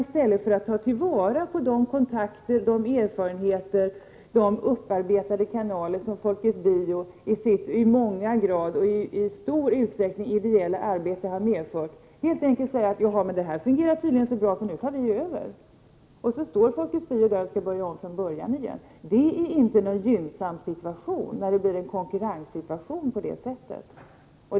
I stället för att ta vara på de kontakter, erfarenheter och upparbetade kanaler som Folkets Bio har skaffat sig genom sitt i stor utsträckning ideella arbete, säger man att det tydligen fungerar så bra att man tar över det. Då står Folkets Bio där och får Prot. 1988/89:114 börja om från början igen. Det är inte någon gynnsam situation när det 16 maj 1989 uppstår en konkurrens på det sättet.